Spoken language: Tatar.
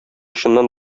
чыннан